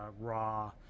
raw